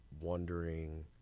wondering